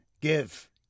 give